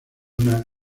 una